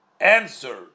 answer